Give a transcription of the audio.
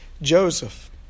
Joseph